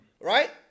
right